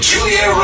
Julia